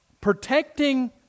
protecting